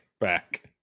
back